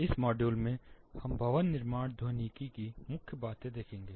इस मॉड्यूल में हम भवन निर्माण ध्वनिकी की मूल बातें देखेंगे